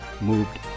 moved